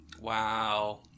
Wow